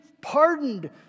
pardoned